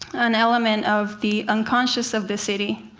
an element of the unconscious of the city.